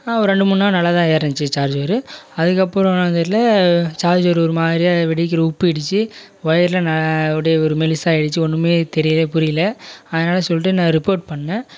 ரெண்டு மூணு நாள் நல்லா தான் ஏறுனிச்சி சார்ஜர் அதுகப்பறம் என்னான்னு தெரியல சார்ஜர் ஒரு மாதிரியா வெடிக்கிற உப்பிடிச்சி ஒயரில் அப்டியே ஒரு மெலிசாயிடிச்சி ஒன்னும் தெரியல புரியல அதனால் சொல்லிட்டு நான் ரிப்போர்ட் பண்ணிணேன்